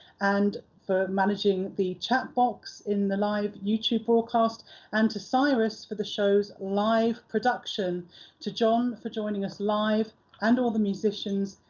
and for managing the chatbox in the live youtube broadcast and to cyrus for the show's live production to john for joining us live and all the musicians,